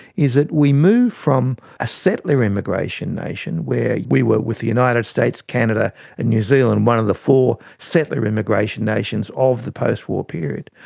is that we move from a settler immigration nation where we were with the united states, canada and new zealand, one of the four settler immigration nations of the post-war period,